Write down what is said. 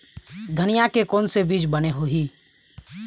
धनिया के कोन से बीज बने होही?